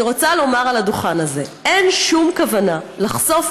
אני רוצה לומר מעל הדוכן הזה: אין שום כוונה לחשוף